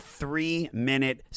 three-minute